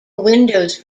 windows